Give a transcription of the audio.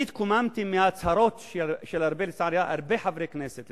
אני התקוממתי מההצהרות של הרבה חברי כנסת,